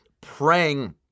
praying